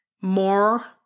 more